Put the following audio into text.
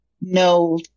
no